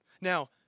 Now